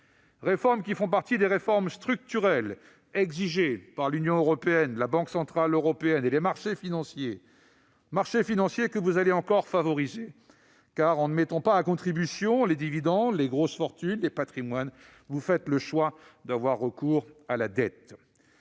réforme structurelle fait partie de celles qu'exigent l'Union européenne, la Banque centrale européenne et les marchés financiers, ceux-là mêmes que vous allez encore favoriser, car, en ne mettant pas à contribution les dividendes, les grosses fortunes et les patrimoines, vous faites le choix d'avoir recours à la dette.